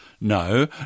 No